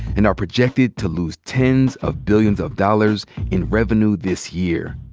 and are projected to lose tens of billions of dollars in revenue this year.